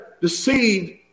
deceived